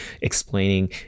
explaining